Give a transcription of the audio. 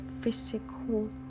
physical